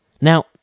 Now